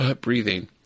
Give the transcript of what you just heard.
breathing